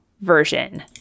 version